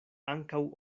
ankaŭ